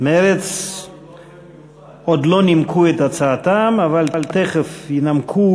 מרצ עוד לא נימקו את הצעתם, אבל תכף ינמקו.